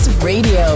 Radio